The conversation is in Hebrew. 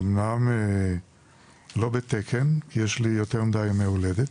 אני אמנם לא בתקן כי יש לי יותר מדי ימי הולדת,